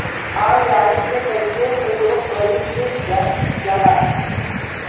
Online के कइसे प्रयोग कइल जाला?